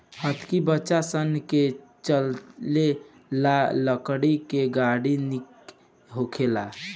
हतकी बच्चा सन के चले ला लकड़ी के गाड़ी निक होखेला